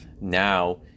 now